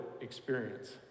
experience